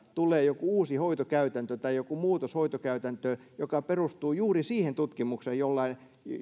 tulee joku uusi hoitokäytäntö tai joku muutos hoitokäytäntöön joka perustuu juuri siihen tutkimukseen